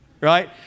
right